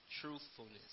truthfulness